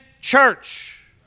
church